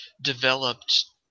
developed